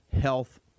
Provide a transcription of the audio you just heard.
health